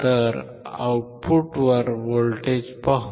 तर आउटपुटवर व्होल्टेज पाहू